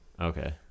Okay